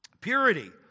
purity